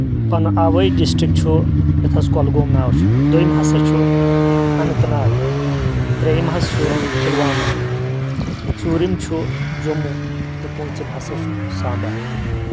پَنُن آبٲیہِ ڈسٹرکٹ چھُ یَتھ حظ کۄلگوم ناو چھُ دوٚیم ہسا چھُ اننت ناگ ترٛیٚیم حظ چھُ پُلواما ژوٗرِم چھُ جموں تہٕ پوٗژِم ہسا چھُ سامبا